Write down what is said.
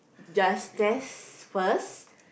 just test first